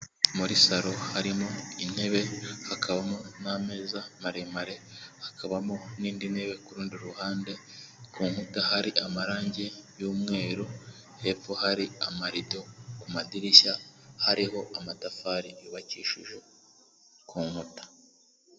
Muri saro harimo intebe hakabamo n'ameza maremare, hakabamo n'indi ntebe kuru rundi ruhande ku nkuta hari amarangi y'umweru hepfo hari amarido ku madirishya hariho amatafari yubakishije ku nkuta.